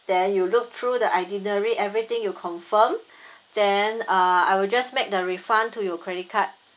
then you look through the itinerary everything you confirm then uh I will just make the refund to your credit card